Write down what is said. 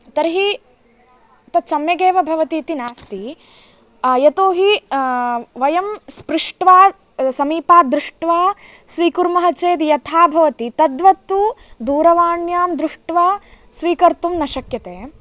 तर्हि तत्सम्यक् एव भवति इति नास्ति यतो हि वयं स्पृष्ट्वा समीपाद्दृष्ट्वा स्वीकुर्मः चेत् यथा भवति तद्वत्तु दूरवाण्यां दृष्ट्वा स्वीकर्तुं न शक्यते